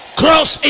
cross